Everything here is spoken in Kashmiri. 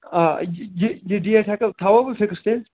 آ یہِ یہِ ڈیٹ ہٮ۪کو تھاوَ بہٕ فِکٕس تیٚلہِ